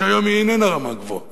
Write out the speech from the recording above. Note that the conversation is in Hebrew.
שהיום היא איננה רמה גבוהה